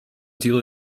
deal